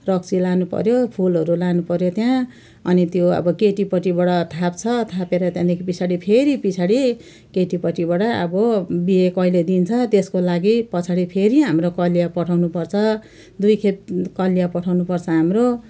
रक्सी लानुपऱ्यो फुलहरू लानुपऱ्यो त्यहाँ अनि त्यो अब केटीपट्टिबाट थाप्छ थापेर त्यहाँदेखि पछाडि फेरि पछाडि केटीपट्टिबाट अब बिहे कहिले दिन्छ त्यसको लागि पछाडि फेरि हाम्रो कलिया पठाउनुपर्छ दुईखेप कलिया पठाउनुपर्छ हाम्रो